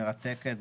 מרתקת,